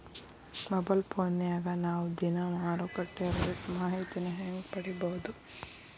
Mobile ಫೋನ್ಯಾಗ ನಾವ್ ದಿನಾ ಮಾರುಕಟ್ಟೆ ರೇಟ್ ಮಾಹಿತಿನ ಹೆಂಗ್ ಪಡಿಬೋದು?